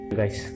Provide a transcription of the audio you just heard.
guys